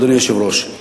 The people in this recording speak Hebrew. אדוני היושב-ראש,